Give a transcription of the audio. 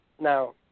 Now